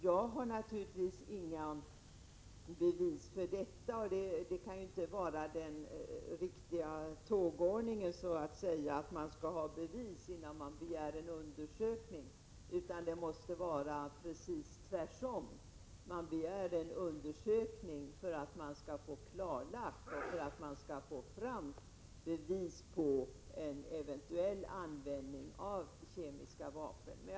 Jag har naturligtvis inga bevis för detta, men det kan ju inte vara den riktiga tågordningen att man skall ha bevis innan man begär en undersökning, utan det måste vara precis tvärtom: man begär en undersökning för att få klarlagt och få fram bevis för en eventuell användning av kemiska vapen.